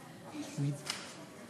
סוֵיד.